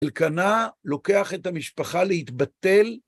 אלקנה לוקח את המשפחה להתבטל.